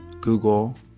Google